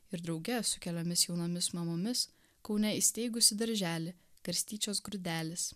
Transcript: ir drauge su keliomis jaunomis mamomis kaune įsteigusi darželį garstyčios grūdelis